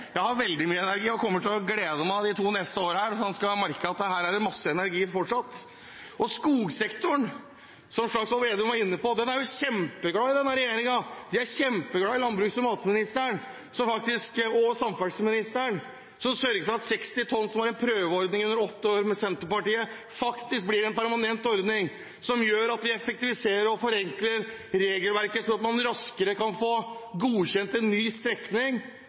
og gleder meg til de to neste årene her. Dere skal merke at her er det fortsatt masse energi. Når det gjelder skogsektoren, som Slagsvold Vedum var inne på, så er den kjempeglad i denne regjeringen og kjempeglad i landbruks- og matministeren og i samferdselsministeren som har sørget for at det som var en prøveordning i åtte år med Senterpartiet, faktisk er blitt en permanent ordning. Regelverket er effektivisert og forenklet, sånn at man raskere kan få godkjent en ny strekning